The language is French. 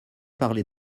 parler